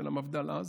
של המפד"ל אז,